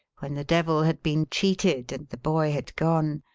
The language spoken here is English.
when the devil had been cheated, and the boy had gone,